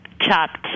chopped